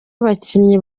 abakinnyi